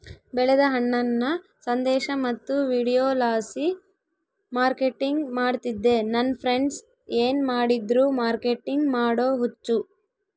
ಬೆಳೆದ ಹಣ್ಣನ್ನ ಸಂದೇಶ ಮತ್ತು ವಿಡಿಯೋಲಾಸಿ ಮಾರ್ಕೆಟಿಂಗ್ ಮಾಡ್ತಿದ್ದೆ ನನ್ ಫ್ರೆಂಡ್ಸ ಏನ್ ಮಾಡಿದ್ರು ಮಾರ್ಕೆಟಿಂಗ್ ಮಾಡೋ ಹುಚ್ಚು